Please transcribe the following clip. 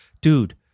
Dude